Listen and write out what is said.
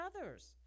others